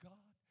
God